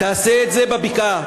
תעשה את זה בבקעה.